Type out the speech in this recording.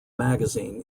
magazine